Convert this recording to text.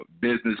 business